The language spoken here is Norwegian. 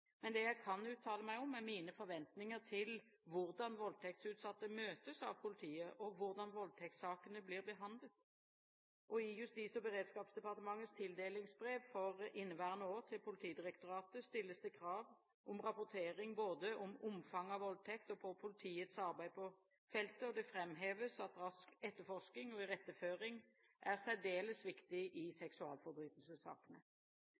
Men det jeg kan uttale meg om, er mine forventninger til hvordan voldtektsutsatte møtes av politiet, og hvordan voldtektssakene blir behandlet: I Justis- og beredskapsdepartementets tildelingsbrev for inneværende år til Politidirektoratet stilles det krav om rapportering både på omfanget av voldtekt og på politiets arbeid på feltet, og det framheves at rask etterforsking og iretteføring er særdeles viktig i